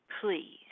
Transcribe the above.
please